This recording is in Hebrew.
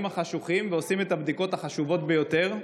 החשוכים ועושים את הבדיקות החשובות ביותר,